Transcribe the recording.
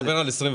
אתה מדבר על 21'?